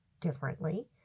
differently